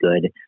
good